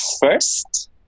first